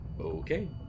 Okay